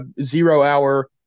zero-hour